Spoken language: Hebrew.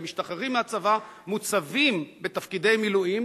הם משתחררים מהצבא, מוצבים בתפקידי מילואים